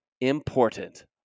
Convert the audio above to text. important